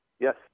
yes